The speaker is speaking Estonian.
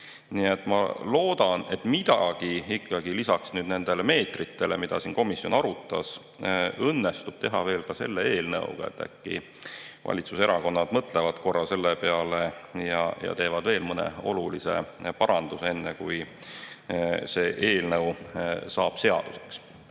et ma loodan, et midagi ikkagi lisaks nendele meetritele, mida komisjon arutas, õnnestub teha veel ka selle eelnõuga. Äkki valitsuserakonnad mõtlevad korra selle peale ja teevad veel mõne olulise paranduse, enne kui see eelnõu saab seaduseks.